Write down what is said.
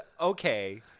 okay